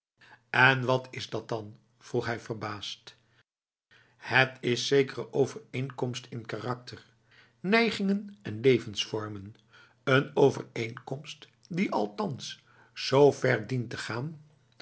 en wat is dat dan vroeg hij verbaasd het is zekere overeenkomst in karakter neigingen en levensvormen een overeenkomst die althans z ver dient te gaan